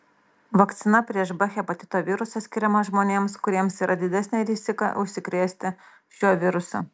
vakcina prieš b hepatito virusą skiriama žmonėms kuriems yra didesnė rizika užsikrėsti šiuo virusu